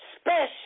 special